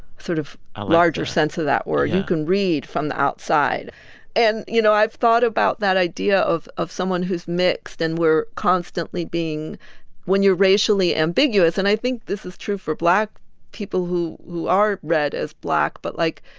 sort of ah larger sense of that word. you can read from the outside and, you know, i've thought about that idea idea of someone who's mixed. and we're constantly being when you're racially ambiguous and i think this is true for black people who who are read as black. but, like,